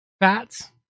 Fats